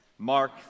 Mark